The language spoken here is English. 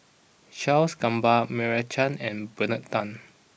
Charles Gamba Meira Chand and Bernard Tan